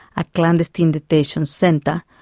a clandestine detention centre,